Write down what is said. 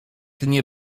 nie